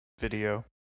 video